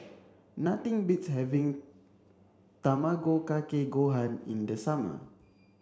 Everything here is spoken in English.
nothing beats having Tamago Kake Gohan in the summer